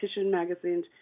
magazines